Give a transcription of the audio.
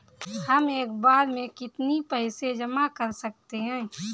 हम एक बार में कितनी पैसे जमा कर सकते हैं?